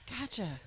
Gotcha